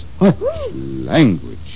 Language